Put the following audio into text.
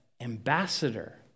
ambassador